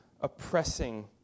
oppressing